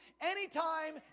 anytime